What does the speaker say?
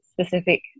specific